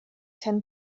ten